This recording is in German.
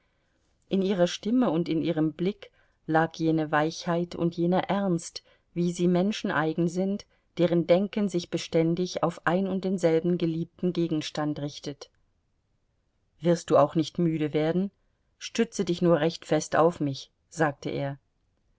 in ihrer stimme und in ihrem blick lag jene weichheit und jener ernst wie sie menschen eigen sind deren denken sich beständig auf ein und denselben geliebten gegenstand richtet wirst du auch nicht müde werden stütze dich nur recht fest auf mich sagte er